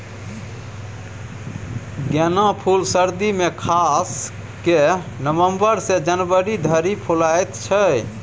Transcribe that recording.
गेना फुल सर्दी मे खास कए नबंबर सँ जनवरी धरि फुलाएत छै